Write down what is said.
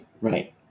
Right